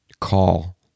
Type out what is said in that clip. call